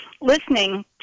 listening